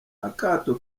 akato